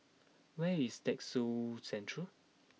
where is Textile Centre